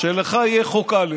שלך יהיה חוק א'